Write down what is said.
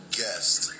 guest